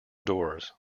doors